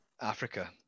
Africa